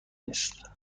نیست